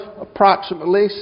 approximately